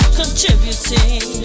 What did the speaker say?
contributing